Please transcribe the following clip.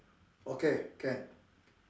okay can